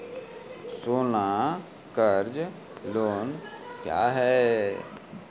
सोना कर्ज लोन क्या हैं?